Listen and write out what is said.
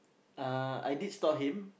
uh I did stop him